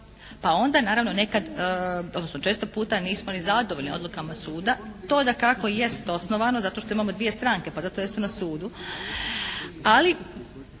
Pa onda naravno nekad, odnosno često puta nismo ni zadovoljni odlukama suda. To je dakako jest osnovano zato što imamo dvije stranke pa zato jer jesu na sudu. Ali